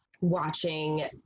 watching